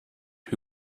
who